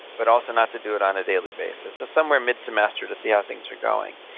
but also not to do it on a daily basis, so somewhere mid-semester to see how things are going.